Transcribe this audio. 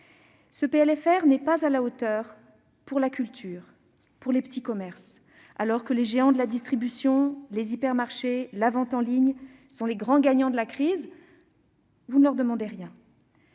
Ce PLFR n'est pas à la hauteur pour la culture ni pour les petits commerces. Alors que les géants de la distribution, les hypermarchés et la vente en ligne sont les grands gagnants de la crise, vous ne leur demandez rien.